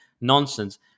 nonsense